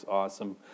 Awesome